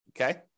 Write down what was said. okay